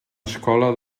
escola